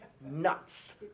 nuts